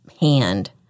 hand